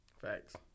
Facts